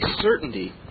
certainty